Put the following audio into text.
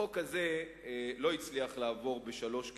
החוק הזה לא הצליח לעבור בשלוש קריאות,